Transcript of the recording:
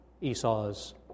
Esau's